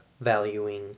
valuing